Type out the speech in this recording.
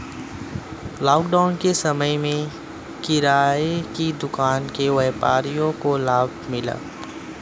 lockdown के समय में किराने की दुकान के व्यापारियों को लाभ मिला है